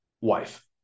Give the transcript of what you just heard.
wife